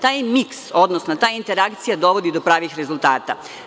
Taj miks, odnosno ta interakcija dovodi do pravih rezultata.